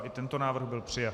I tento návrh byl přijat.